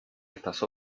estas